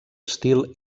estil